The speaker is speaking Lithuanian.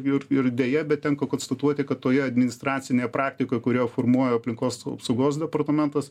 ir ir deja bet tenka konstatuoti kad toje administracinėje praktikoj kurią formuoja aplinkos apsaugos departamentas